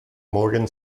morgan